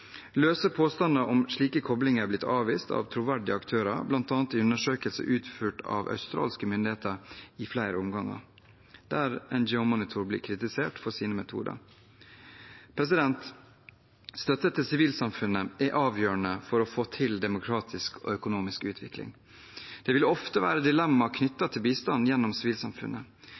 om slike koblinger er blitt avvist av troverdige aktører, bl.a. i undersøkelser utført av australske myndigheter i flere omganger, der NGO Monitor blir kritisert for sine metoder. Støtte til sivilsamfunnet er avgjørende for å få til demokratisk og økonomisk utvikling. Det vil ofte være dilemmaer knyttet til bistand gjennom sivilsamfunnet.